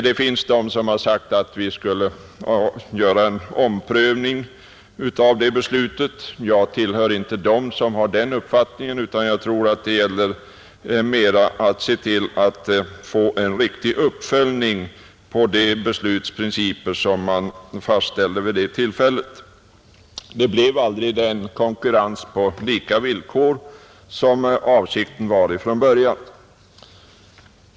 Det finns de som har sagt att vi bör ompröva beslutet. Jag tillhör inte dem som har den uppfattningen, utan jag tror att det mera gäller att se till att få en riktig uppföljning av de principer som då fastställdes. Det blev aldrig den konkurrens på lika villkor som avsikten var från början.